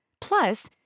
Plus